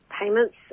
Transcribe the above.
payments